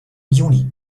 juni